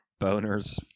Boners